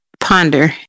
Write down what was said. ponder